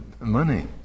money